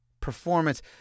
performance